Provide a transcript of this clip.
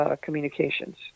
communications